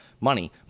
money